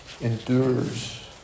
endures